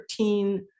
13